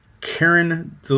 Karen